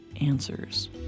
answers